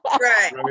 right